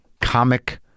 comic